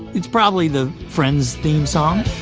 it's probably the friends theme song